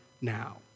now